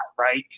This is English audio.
right